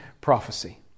prophecy